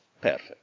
perfect